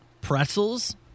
pretzels